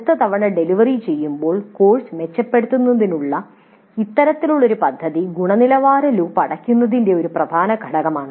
അടുത്ത തവണ ഡെലിവറി ചെയ്യുമ്പോൾ കോഴ്സ് മെച്ചപ്പെടുത്തുന്നതിനുള്ള ഇത്തരത്തിലുള്ള പദ്ധതി ഗുണനിലവാര ലൂപ്പ് അടയ്ക്കുന്നതിന്റെ ഒരു പ്രധാന ഘടകമാണ്